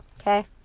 okay